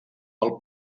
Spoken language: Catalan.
pel